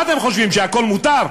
מה אתם חושבים, שהכול מותר?